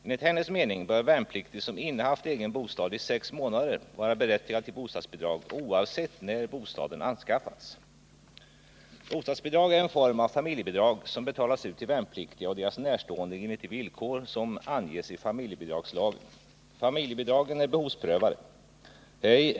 Enligt hennes mening bör värnpliktig som innehaft egen bostad i sex månader vara berättigad till bostadsbidrag, oavsett när bostaden anskaffats. Bostadsbidrag är en form av familjebidrag som betalas ut till värnpliktiga och deras närstående enligt de villkor som anges i familjebidragslagen . Familjebidragen är behovsprövade.